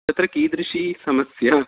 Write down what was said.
तत्र कीदृशी समस्या